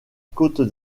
côte